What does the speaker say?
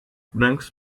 brancos